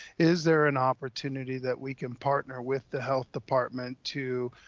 is there an opportunity that we can partner with the health department to,